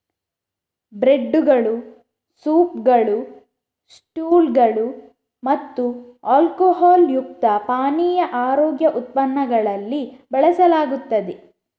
ಬ್ರೆಡ್ದುಗಳು, ಸೂಪ್ಗಳು, ಸ್ಟ್ಯೂಗಳು ಮತ್ತು ಆಲ್ಕೊಹಾಲ್ ಯುಕ್ತ ಪಾನೀಯ ಆರೋಗ್ಯ ಉತ್ಪನ್ನಗಳಲ್ಲಿ ಬಳಸಲಾಗುತ್ತದೆ